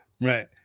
Right